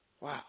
Wow